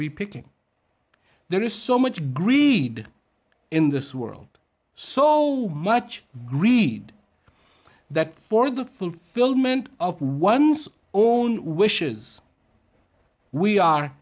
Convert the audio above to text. picking there is so much greed in this world so much greed that for the fulfilment of one's own wishes we are